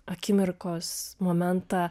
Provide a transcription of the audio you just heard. akimirkos momentą